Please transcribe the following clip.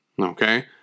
Okay